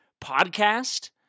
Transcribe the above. podcast